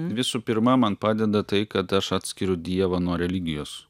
visų pirma man padeda tai kad aš atskiriu dievą nuo religijos